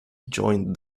joined